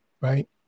right